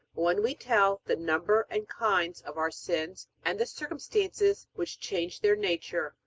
when we tell the number and kinds of our sins and the circumstances which change their nature.